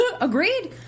Agreed